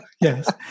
yes